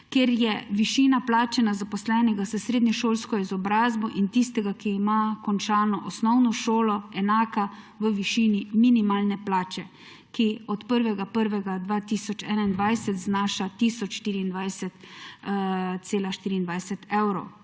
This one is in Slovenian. kjer je višina plače na zaposlenega s srednješolsko izobrazbo in tistega, ki ima končano osnovno šolo, enaka v višini minimalne plače, ki od 1. januarja 2021 znaša 1024,24 evra.